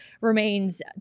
remains